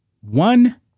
one